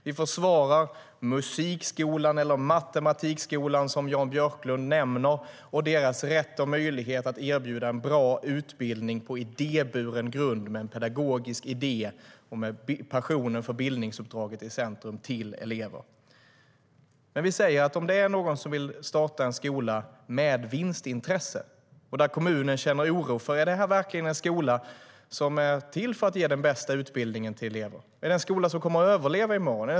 Vi försvarar musikskolan eller matematikskolan, som Jan Björklund nämner, och deras rätt och möjlighet att erbjuda elever en bra utbildning på idéburen grund med en pedagogisk idé och med passionen för bildningsuppdraget i centrum. Men vi säger att kommunen ska ha möjlighet att säga nej om det är någon som vill starta en skola med vinstintresse och kommunen känner oro: Är det här verkligen en skola som är till för att ge den bästa utbildningen till elever? Är det en skola som kommer att överleva i morgon?